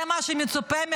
זה מה שמצופה מכם,